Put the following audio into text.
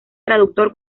traductor